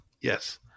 yes